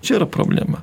čia yra problema